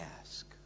ask